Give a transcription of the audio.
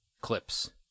clips